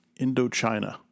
Indochina